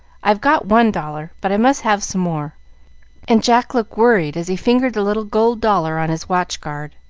i've got one dollar, but i must have some more and jack looked worried as he fingered the little gold dollar on his watch-guard.